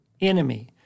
enemy